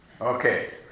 Okay